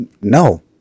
no